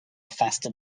faster